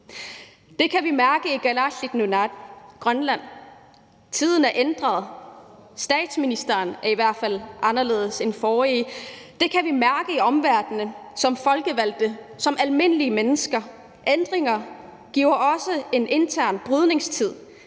Det kan vi mærke i Kalaallit Nunaat, Grønland. Tiden er ændret. Statsministeren er i hvert fald anderledes end den forrige, og det kan vi mærke i omverdenen som folkevalgte og som almindelige mennesker. Ændringer giver også en intern brydningstid.